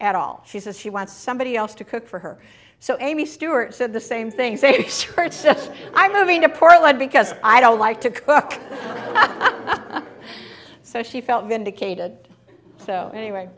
at all she says she wants somebody else to cook for her so amy stewart said the same thing say i'm going to portland because i don't like to cook so she felt vindicated so anyway